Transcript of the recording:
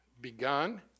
begun